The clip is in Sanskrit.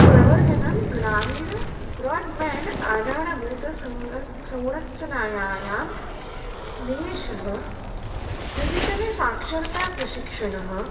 प्रवर्धनं ग्रामीण ब्राड्बेण्ड् आधारभूतसङ्ग्रहः संरचनायां निवेशः डिजिटल् साक्षरताप्रशिक्षणः